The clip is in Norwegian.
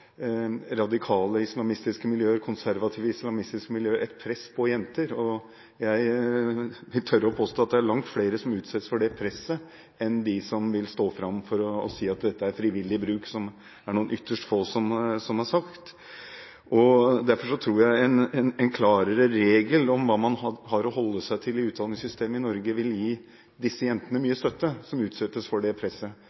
radikale islamistiske miljøer og konservative islamistiske miljøer. Jeg tør påstå at det er langt flere som utsettes for det presset enn de som vil stå fram for å si at dette er frivillig bruk, som det er noen ytterst få som har sagt. Derfor tror jeg en klarere regel om hva man har å holde seg til i utdanningssystemet i Norge, ville gi de jentene